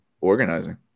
organizing